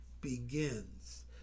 begins